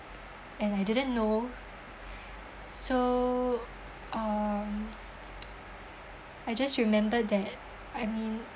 and I didn't know so um I just remember that I mean